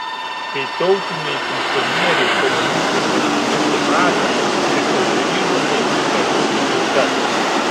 kai tautiniai funkcionieriai komunistai galutinai suprato ir pasiryžo eiti kartu su tauta